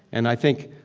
and i think